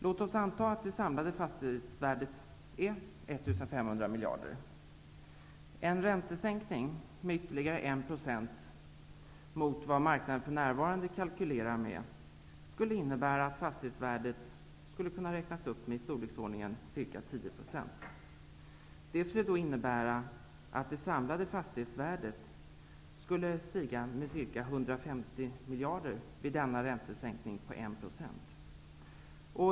Låt oss anta att det samlade fastighetsvärdet är 1 500 miljarder. En räntesänkning med ytterligare 1 % mot vad marknaden för närvarande kalkylerar med, skulle innebära att fastighetsvärdet skulle kunna räknas upp med i storleksordningen ca 10 %. Det skulle då innebära att det samlade fastighetsvärdet skulle stiga med ca 150 miljarder vid en räntesänkning på 1 %.